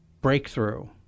breakthrough